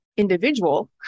individual